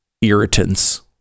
irritants